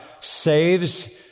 saves